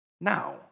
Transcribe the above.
now